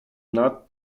nad